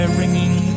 ringing